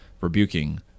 rebuking